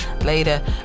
later